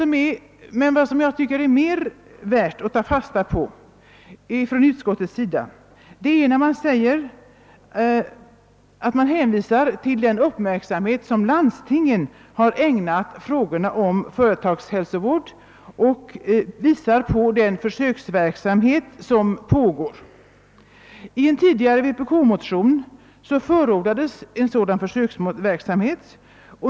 Men vad jag anser vara mer värt att ta fasta på är att utskottet hänvisar till den uppmärksamhet som landstingen ägnat frågorna om företagshälsovård och att man visar på den försöksverksamhet som pågår. I en tidigare vpk-motion förordades sådan försöksverksamhet.